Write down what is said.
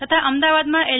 તથા અમદાવામાં એલ